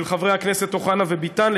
של חברי הכנסת אוחנה וביטן,